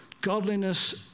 Godliness